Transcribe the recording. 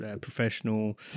professional